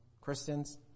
Christians